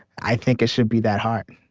i think it should be that hard